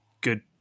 good